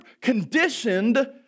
conditioned